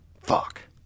Fuck